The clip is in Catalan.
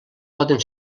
poden